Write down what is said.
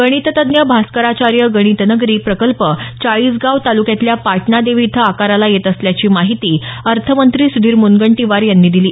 गणिततज्ज्ञ भास्कराचार्य गणितनगरी प्रकल्प चाळीसगाव तालुक्यातल्या पाटणा देवी इथं आकाराला येत असल्याची माहिती अर्थमंत्री सुधीर मुनगंटीवार यांनी दिली